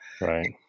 right